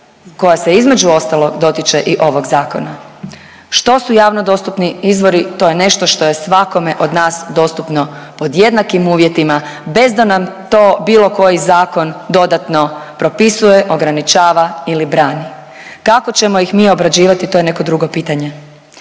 koja se između ostalog dotiče i ovog zakona. Što su javno dostupni izvori? To je nešto što je svakome od nas dostupno pod jednakim uvjetima, bez da nam to bilo koji zakon dodatno propisuje, ograničava ili brani. Kako ćemo ih mi obrađivati, to je neko drugo pitanje.